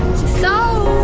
so,